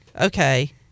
Okay